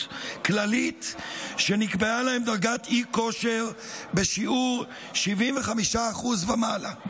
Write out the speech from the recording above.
כללית שנקבעה להם דרגת אי-כושר בשיעור 75% מעלה.